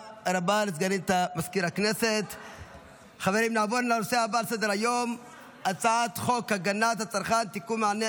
בנושא: גיבוש נוהל קבוע לזכאות בהקלות בבחינות הבגרות לתלמידי